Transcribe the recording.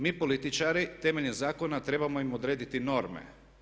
Mi političari temeljem zakona trebamo im odrediti norme.